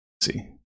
See